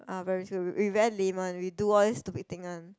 um primary school we we very lame one we do all this stupid thing one